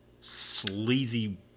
sleazy